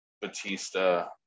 Batista